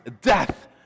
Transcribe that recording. death